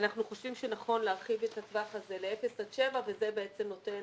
אנחנו חושבים שנכון להרחיב את הטווח הזה ל-אפס עד שבע וזה בעצם נותן